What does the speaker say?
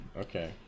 Okay